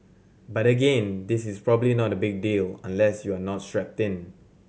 but again this is probably not a big deal unless you are not strapped in